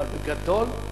אבל בגדול,